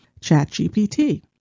ChatGPT